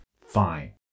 Fine